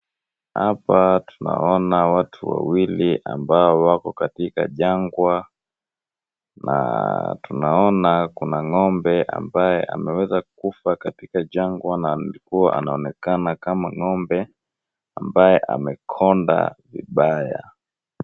Hapa tunaona watu wawili ambao wako katika jagwa na tunaona kuna ng'ombe ambaye ameweza kufa katika jagwa na ndipo anaonekana kama ng'ombe amekonda vibaya.